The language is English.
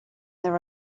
there